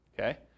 Okay